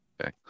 Okay